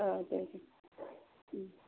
औ दे दे